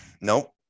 Nope